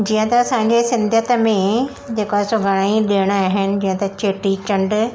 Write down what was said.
जींअ त असांजे सिंधीअत में जेको सुभाणे ॾिण आहिनि जींअ त चेटीचंड